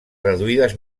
reduïdes